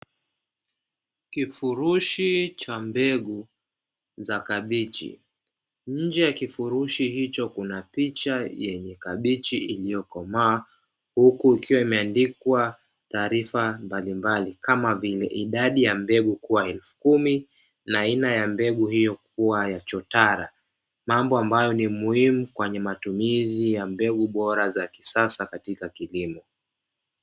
Kifurushi cha mbegu za kabichi: nje ya kifurushi hicho kuna picha yenye kabichi iliyokomaa huku ikiwa imeandikwa taarifa mbalimbali kama vile, idadi ya mbegu kuwa elfu kumi na aina ya mbegu hiyo kuwa ya chotara mambo ambayo ni muhimu kwenye matumizi ya mbegu bora za kisasa katika kilimo.